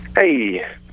Hey